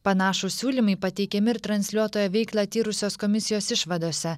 panašūs siūlymai pateikiami ir transliuotojo veiklą tyrusios komisijos išvadose